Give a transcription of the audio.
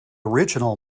original